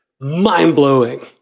mind-blowing